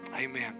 amen